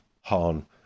Han